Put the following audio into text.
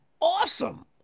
awesome